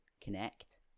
connect